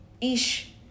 ish